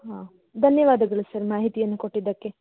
ಹಾಂ ಧನ್ಯವಾದಗಳು ಸರ್ ಮಾಹಿತಿಯನ್ನು ಕೊಟ್ಟಿದ್ದಕ್ಕೆ